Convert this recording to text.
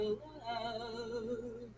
love